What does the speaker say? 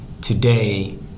today